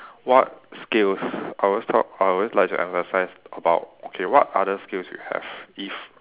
what skills I always talk I always like to emphasise about okay what other skills you have if